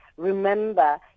remember